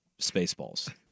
Spaceballs